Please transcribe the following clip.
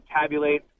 tabulate